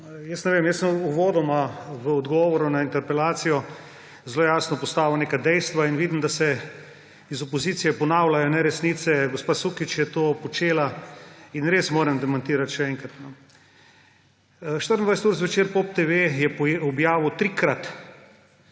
za besedo. Ne vem, uvodoma v odgovoru na interpelacijo sem zelo jasno postavil neka dejstva in vidim, da se iz opozicije ponavljajo neresnice, gospa Sukič je to počela in res moram demantirati še enkrat, no. 24 ur Zvečer, Pop TV, je objavil trikrat